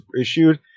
issued